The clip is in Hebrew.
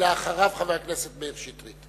ואחריו, חבר הכנסת מאיר שטרית.